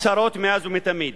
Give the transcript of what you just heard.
צרות מאז ומתמיד.